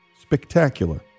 Spectacular